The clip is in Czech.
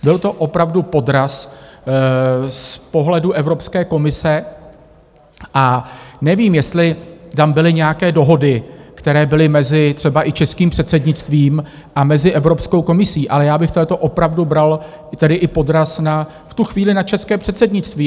Byl to opravdu podraz z pohledu Evropské komise a nevím, jestli tam byly nějaké dohody, které byly mezi třeba i českým předsednictvím a Evropskou komisí, ale já bych tohleto opravdu bral i jako podraz v tu chvíli na české předsednictví.